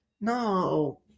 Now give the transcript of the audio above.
No